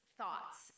thoughts